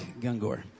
Gungor